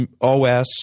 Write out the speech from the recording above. OS